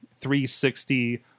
360